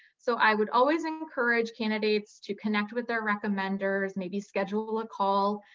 so i would always encourage candidates to connect with their recommenders, maybe schedule a call